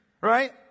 right